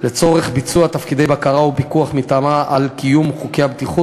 לצורך ביצוע תפקידי בקרה ופיקוח מטעמה על קיום חוקי הבטיחות,